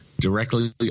directly